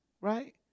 right